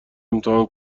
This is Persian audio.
امتحان